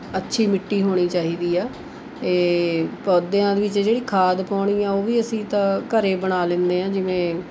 ਅੱਛੀ ਮਿੱਟੀ ਹੋਣੀ ਚਾਹੀਦੀ ਹੈ ਇਹ ਪੌਦਿਆਂ ਵਿੱਚ ਜਿਹੜੀ ਖਾਦ ਪਾਉਣੀ ਹੈ ਉਹ ਵੀ ਅਸੀਂ ਤਾਂ ਘਰੇ ਬਣਾ ਲੈਂਦੇ ਹਾਂ ਜਿਵੇਂ